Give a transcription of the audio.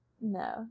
no